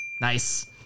Nice